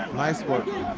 nice work.